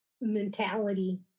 mentality